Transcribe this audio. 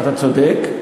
אתה צודק.